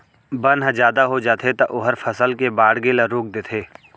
बन ह जादा हो जाथे त ओहर फसल के बाड़गे ल रोक देथे